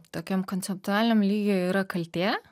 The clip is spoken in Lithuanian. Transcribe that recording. tokiam konceptualiniam lygy yra kaltė